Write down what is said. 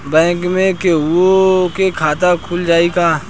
Bank में केहूओ के खाता खुल जाई का?